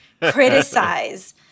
criticize